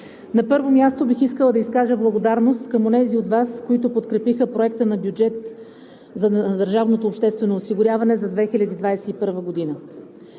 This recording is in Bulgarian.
На първо място, бих искала да изкажа благодарност към онези от Вас, които подкрепиха проекта за бюджет на държавното обществено осигуряване за 2021 г.